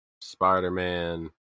Spider-Man